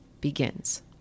begins